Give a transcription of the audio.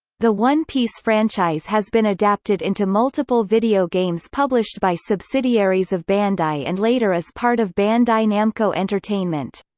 the one piece franchise has been adapted into multiple video games published by subsidiaries of bandai and later as part of bandai namco entertainment.